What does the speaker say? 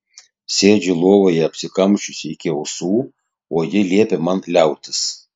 sėdžiu lovoje apsikamšiusi iki ausų o ji liepia man liautis